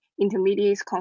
intermediate